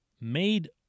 made